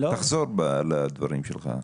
תחזור מהדברים שלך.